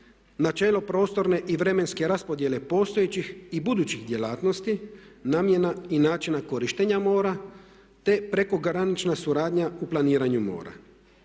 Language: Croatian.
načelo prostorne i vremenske raspodjele postojećih i budućih djelatnosti, namjene i načina korištenja mora te prekogranična suradnja u planiranju mora.